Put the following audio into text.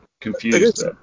confused